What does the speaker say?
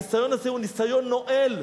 הניסיון הזה הוא ניסיון נואל,